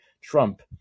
Trump